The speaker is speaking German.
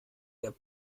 der